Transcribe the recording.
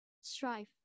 strive